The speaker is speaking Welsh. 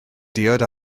diod